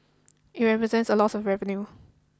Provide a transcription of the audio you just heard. it represents a loss of revenue